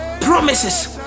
promises